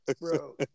Bro